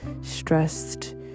stressed